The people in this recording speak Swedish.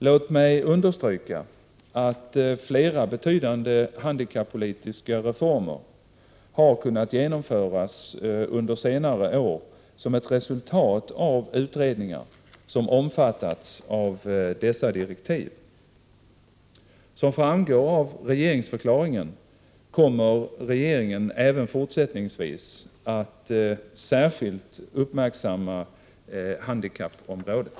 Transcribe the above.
Låt mig understryka att flera betydande handikappolitiska reformer kunnat genomföras under senare år som ett resultat av utredningar som omfattats av dessa direktiv. Som framgår av regeringsförklaringen kommer regeringen även fortsättningsvis att särskilt uppmärksamma handikappområdet.